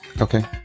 Okay